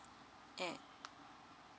at